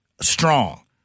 strong